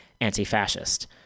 anti-fascist